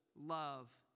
love